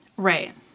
Right